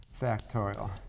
factorial